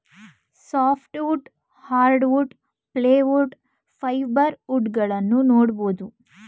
soft wood, hardwood, plywood, fibre wood ಗಳನ್ನೂ ನೋಡ್ಬೋದು